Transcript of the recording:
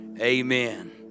Amen